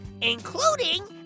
including